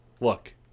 Look